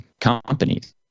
companies